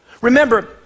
Remember